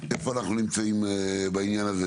איפה אנחנו נמצאים בעניין הזה,